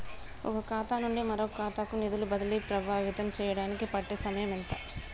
ఒక ఖాతా నుండి మరొక ఖాతా కు నిధులు బదిలీలు ప్రభావితం చేయటానికి పట్టే సమయం ఎంత?